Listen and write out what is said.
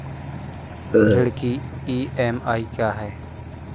ऋण की ई.एम.आई क्या है?